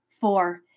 four